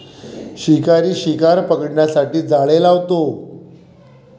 शिकारी शिकार पकडण्यासाठी जाळे लावतो